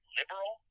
liberal